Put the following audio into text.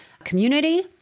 community